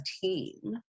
team